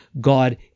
God